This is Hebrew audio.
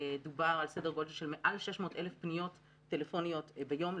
דובר על סדר גודל של מעל 600,000 פניות טלפניות ביום,